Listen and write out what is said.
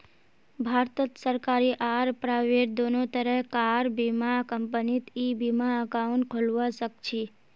भारतत सरकारी आर प्राइवेट दोनों तरह कार बीमा कंपनीत ई बीमा एकाउंट खोलवा सखछी